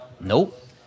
Nope